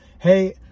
hey